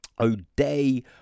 O'Day